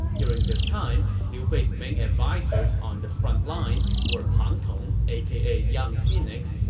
during this time, liu bei's main advisers on the frontlines were pang tong, aka young phoenix,